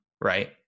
Right